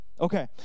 Okay